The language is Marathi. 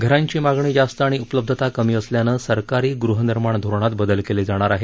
घरांची मागणी जास्त आणि उपलब्धता कमी असल्यानं सरकारी गृहनिर्माण धोरणात बदल केले जाणार आहेत